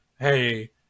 hey